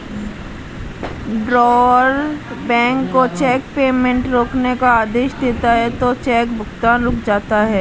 drawer bank को cheque payment रोकने का आदेश देता है तो चेक भुगतान रुक जाता है